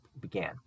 began